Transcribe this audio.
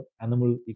animal